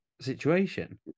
situation